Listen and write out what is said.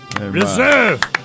reserved